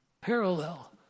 Parallel